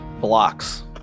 blocks